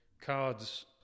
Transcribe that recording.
cards